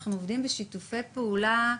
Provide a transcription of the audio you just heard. אנחנו עובדים בשיתופי פעולה,